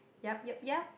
yup yup yup